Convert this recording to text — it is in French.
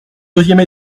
deuxième